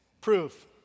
Proof